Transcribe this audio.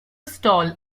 stall